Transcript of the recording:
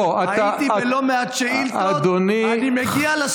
לא, אתה, הייתי בלא-מעט שאילתות, אני מגיע לסוגיה.